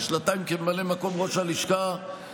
ושנתיים כממלא מקום ראש הלשכה,